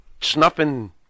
snuffing